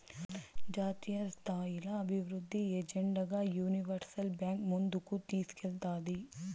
జాతీయస్థాయిల అభివృద్ధి ఎజెండాగా యూనివర్సల్ బాంక్ ముందుకు తీస్కేల్తాది